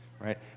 right